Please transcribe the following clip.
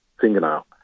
fingernail